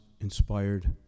inspired